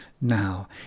Now